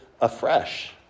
afresh